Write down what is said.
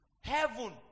Heaven